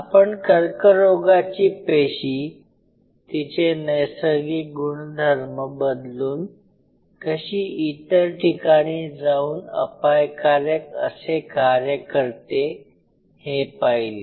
आपण कर्करोगाची पेशी तिचे नैसर्गिक गुणधर्म बदलून कशी इतर ठिकाणी जाऊन अपायकारक असे कार्य करते हे पाहिले